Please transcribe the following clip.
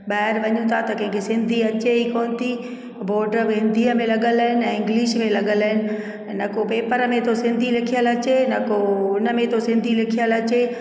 ॿाहिरि वञूं था त कंहिंखे सिंधी अचे ई कोन थी बोर्ड बि हिंदीअ में लॻल आहिनि ऐं इंग्लिश में लॻल आहिनि ऐं न को पेपर में थो सिंधी लिखियलु अचे न को उन में थो सिंधी लिखियलु अचे